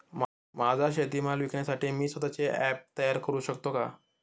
माझा शेतीमाल विकण्यासाठी मी स्वत:चे ॲप तयार करु शकतो का?